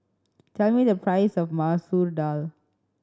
tell me the price of Masoor Dal